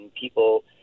people